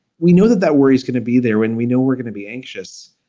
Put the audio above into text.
we know that that worry is going to be there when we know we're going to be anxious.